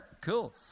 cool